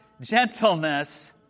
gentleness